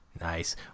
Nice